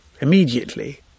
immediately